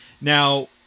Now